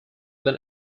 than